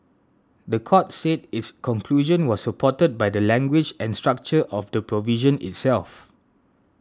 the court said its conclusion was supported by the language and structure of the provision itself